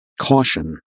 Caution